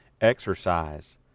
exercise